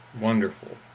Wonderful